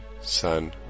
Son